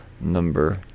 number